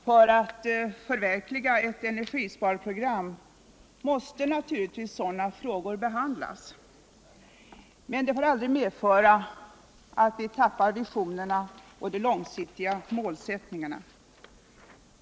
För att man skall kunna förverkliga ett energisparprogram måste naturligtvis sådana frågor behandlas. Men det får aldrig medföra att vi tappar visionerna och de långsiktiga målsättningarna.